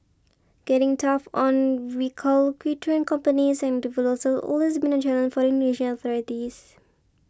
getting tough on companies and individuals has always been a challenge for the Indonesian authorities